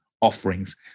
offerings